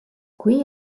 qui